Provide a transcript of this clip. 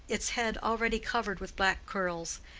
its head already covered with black curls,